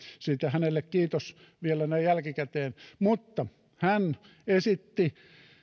siitä hänelle kiitos vielä näin jälkikäteen mutta hän esitti